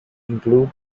include